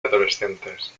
adolescentes